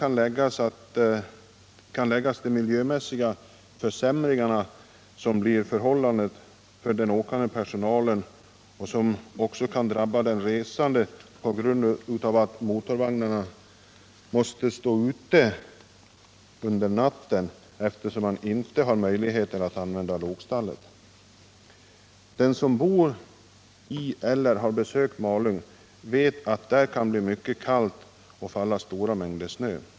Härtill kan läggas de miljömässiga försämringar som uppstår för den åkande personalen och som kan drabba också den resande på grund av att motorvagnarna måste stå ute under natten, när man inte har möjlighet att använda lokstallet. Den som bor i eller har besökt Malung vet att det kan bli mycket kallt där och att det kan falla stora mängder snö.